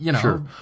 sure